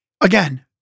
again